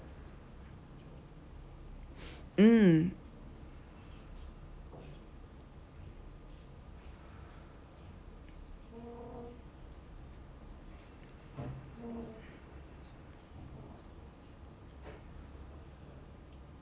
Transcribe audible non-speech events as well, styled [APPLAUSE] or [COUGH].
[NOISE] mm